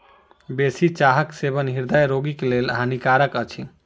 बेसी चाहक सेवन हृदय रोगीक लेल हानिकारक अछि